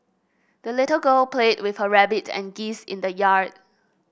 the little girl played with her rabbit and geese in the yard